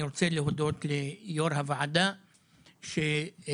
אני רוצה להודות ליושבת-ראש הוועדה שניהלה